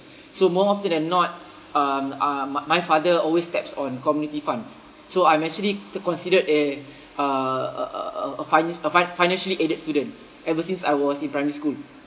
so more often than not um uh my my father always steps on community funds so I'm actually to considered a uh a a a a fina~ a fin~ financially aided student ever since I was in primary school